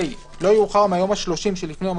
(ה)לא יאוחר מהיום ה-30 שלפני יום